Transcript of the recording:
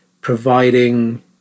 providing